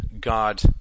God